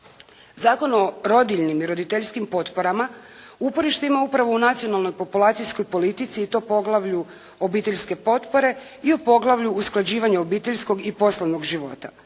Zakon o rodiljnim i roditeljskim potporama uporište ima upravo u nacionalnoj populacijskoj politici i to poglavlju obiteljske potpore i u poglavlju usklađivanja obiteljskog i poslovnog života.